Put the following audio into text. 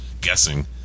guessing